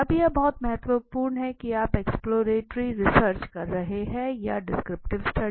अब यह बहुत महत्वपूर्ण है की आप एक्सप्लोरेटरी रिसर्च कर रहे हैं या डिस्कॉपटीव रिसर्च